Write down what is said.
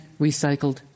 recycled